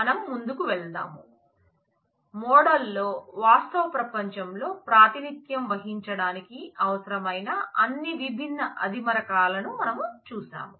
మనం ముందుకు వెళతాం మోడల్ లో వాస్తవ ప్రపంచంలో ప్రాతినిధ్యం వహించడానికి అవసరమైన అన్ని విభిన్న ఆదిమరకాలను మనం చూసాం